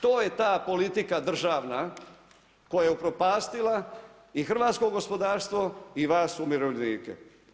To je ta politika državna koja je upropastila i hrvatsko gospodarstvo i vas umirovljenike.